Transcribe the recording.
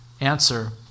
Answer